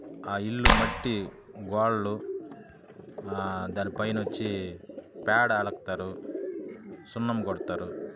ఆ ఇల్లు మట్టి గోడలు దాని పైన వచ్చి పేడ అలుకుతారు సున్నం కొడతారు